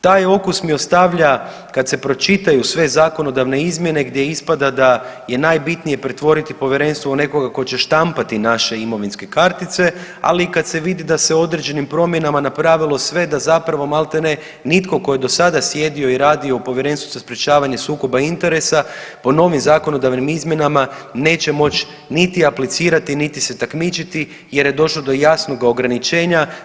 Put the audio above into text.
Taj okus mi ostavlja kad se pročitaju sve zakonodavne izmjene gdje ispada da je najbitnije pretvoriti povjerenstvo u nekoga tko će štampati naše imovinske kartice, ali i kad se vidi da se određenim promjenama napravilo sve da zapravo maltene nitko tko je do sada sjedio i radio u Povjerenstvu za sprječavanje sukoba interesa po novim zakonodavnim izmjenama neće moći niti aplicirati, niti se takmičiti jer je došlo do jasnoga ograničenja.